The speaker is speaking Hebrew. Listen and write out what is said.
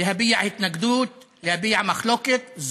להביע התנגדות, להביע מחלוקת.